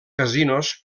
casinos